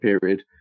period